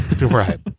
Right